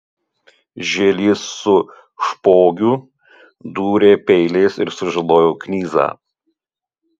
žielys su špogiu dūrė peiliais ir sužalojo knyzą